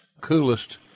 coolest